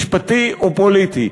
משפטי או פוליטי.